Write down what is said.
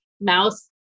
Mouse